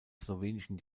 slowenischen